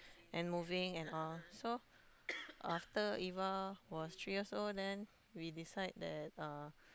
and moving and all so after Eva was three years old then we decide that uh